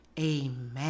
amen